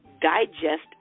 digest